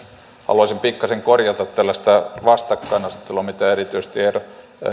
haluaisin pikkasen korjata tällaista vastakkainasettelua mitä erityisesti